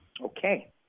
Okay